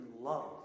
love